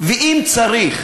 ואם צריך